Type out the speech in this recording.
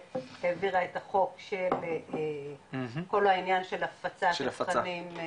העבירה את החוק שכל העניין של הפצה של תכנים,